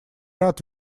рад